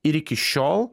ir iki šiol